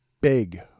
big